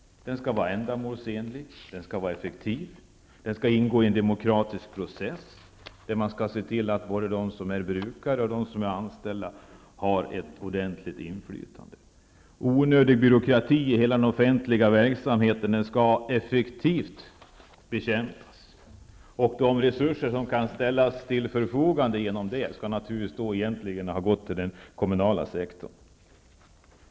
Den skall vara ändamålsenlig, effektiv och ingå i en demokratisk process, där man skall se till att både de som är brukare och de anställda har ett ordentligt inflytande. Onödig byråkrati i hela den offentliga verksamheten skall effektivt bekämpas. De resurser som kan ställas till förfogande genom detta skall gå till den kommunala sektorn.